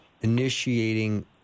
initiating